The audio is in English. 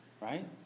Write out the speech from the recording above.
right